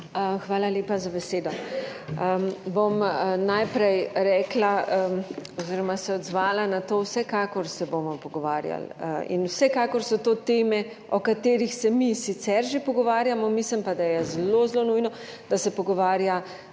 Hvala lepa za besedo. Najprej se bom odzvala na to, vsekakor se bomo pogovarjali in vsekakor so to teme, o katerih se mi sicer že pogovarjamo, mislim pa, da je zelo, zelo nujno, da se pogovarja